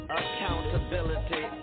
accountability